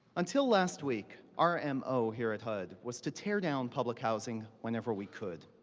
until last week, our m o. here at hud was to tear down public housing whenever we could.